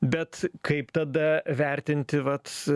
bet kaip tada vertinti vat